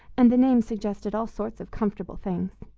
and the name suggested all sorts of comfortable things.